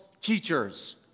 teachers